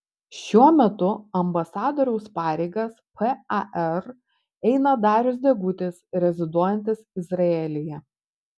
šiuo metu ambasadoriaus pareigas par eina darius degutis reziduojantis izraelyje